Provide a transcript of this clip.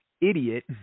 idiot